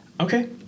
Okay